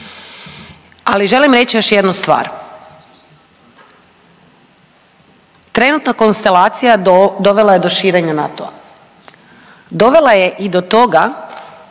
Ali želim reći još jednu stvar, trenutna konstelacija dovela je do širenja NATO-a. Dovela je i do toga